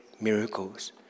miracles